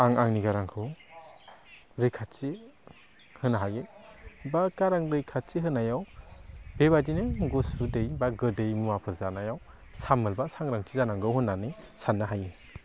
आं आंनि गारांखौ रैखाथि होनो हायो बा गारां रैखाथि होनायाव बे बायदिनो गुसु दै बा गोदै मुवाफोर जानायाव सामोल बा सांग्रांथि जानांगौ होनानै साननो हायो